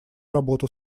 работу